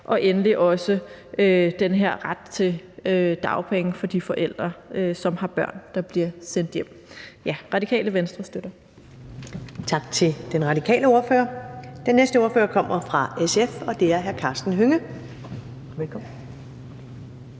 og endelig også den her ret til dagpenge for de forældre, som har børn, der bliver sendt hjem. Radikale Venstre støtter. Kl. 15:22 Første næstformand (Karen Ellemann): Tak til den radikale ordfører. Den næste ordfører kommer fra SF, og det er hr. Karsten Hønge. Velkommen.